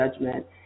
judgment